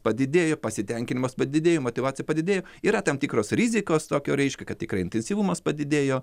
padidėjo pasitenkinimas padidėjo motyvacija padidėjo yra tam tikros rizikos tokio reiškia kad tikrai intensyvumas padidėjo